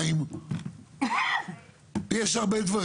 יותר מזה,